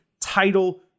title